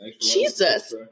Jesus